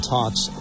Talks